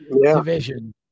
division